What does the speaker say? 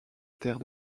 terre